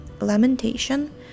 lamentation